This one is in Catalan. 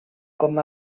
com